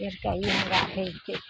एकटा ई हम राखय छियै